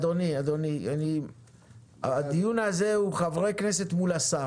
אדוני, הדיון הזה הוא חברי כנסת מול השר.